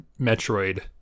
Metroid